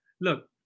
look